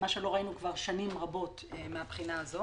מה שלא ראינו שנים רבות מהבחינה הזאת.